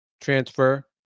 Transfer